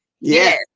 Yes